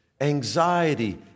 anxiety